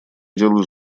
делаю